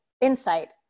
insight